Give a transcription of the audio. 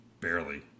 Barely